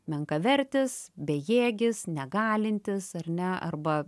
menkavertis bejėgis negalintis ar ne arba